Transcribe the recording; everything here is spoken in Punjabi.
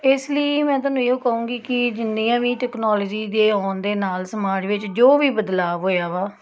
ਇਸ ਲਈ ਮੈਂ ਤੁਹਾਨੂੰ ਇਹੋ ਕਹੂੰਗੀ ਕਿ ਜਿੰਨੀਆਂ ਵੀ ਟੈਕਨੋਲੋਜੀ ਦੇ ਆਉਣ ਦੇ ਨਾਲ਼ ਸਮਾਜ ਵਿੱਚ ਜੋ ਵੀ ਬਦਲਾਵ ਹੋਇਆ ਵਾ